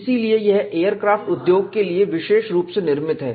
इसलिए यह एयरक्राफ्ट उद्योग के लिए विशेष रूप से निर्मित है